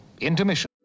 Intermission